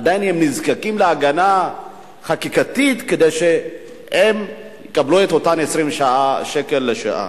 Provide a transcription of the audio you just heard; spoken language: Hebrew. עדיין הם נזקקים להגנה חקיקתית כדי שהם יקבלו את אותם 22 שקל לשעה.